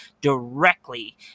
directly